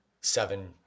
seven